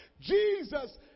Jesus